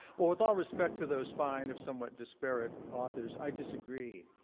with all respect to those fine if somewhat disparate authors, i disagree.